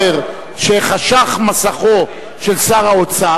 אם אכן יתברר שחשך מסכו של שר האוצר,